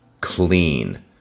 clean